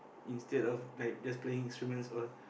instead of like just playing instrument or